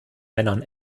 männern